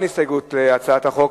אין הסתייגות להצעת החוק,